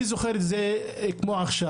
אני זוכר את זה כמו עכשיו.